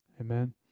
Amen